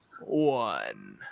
one